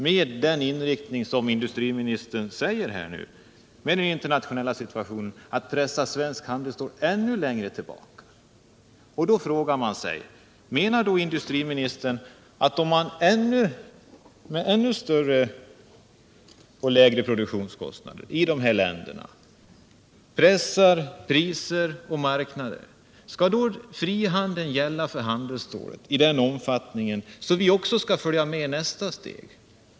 Med den inriktning som industriministern talar om och med den internationella situationen kommer svenskt handelsstål att pressas ännu längre tillbaka. Om man med ännu lägre produktionskostnader i dessa länder pressar priserna på marknaden, menar då industriministern att frihandeln skall gälla för handelsstålet i sådan omfattning att vi också följer med i nästa steg?